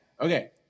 okay